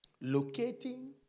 Locating